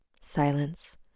Silence